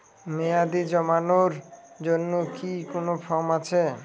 মেয়াদী জমানোর জন্য কি কোন ফর্ম আছে?